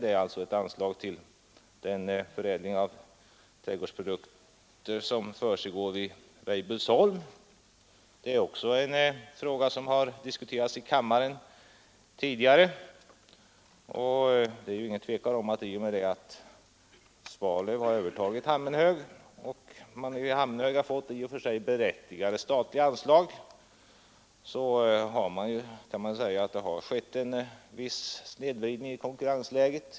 Det är alltså ett anslag till den förädling av trädgårdsprodukter som försiggår vid Weibullsholm. Också denna fråga har diskuterats i kammaren tidigare. Det råder inget tvivel om att i och med att Sveriges utsädesförening i Svalöv övertagit växtförädlingsverksamheten vid Hammenhög och man i Hammenhög fått i och för sig berättigade statliga anslag har det skett en viss snedvridning av konkurrensläget.